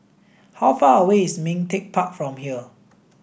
how far away is Ming Teck Park from here